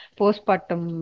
postpartum